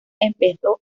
empezó